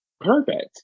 perfect